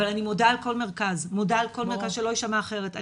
אבל אני מודה על כל מרכז-שלא יישמע אחרת.